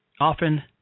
Often